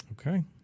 Okay